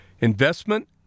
Investment